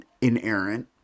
inerrant